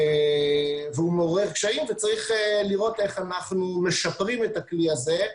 הוא מעורר קשיים וצריך לראות איך אנחנו משפרים את הכלי הזה.